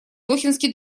дохинский